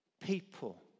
people